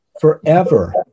forever